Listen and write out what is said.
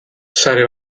sare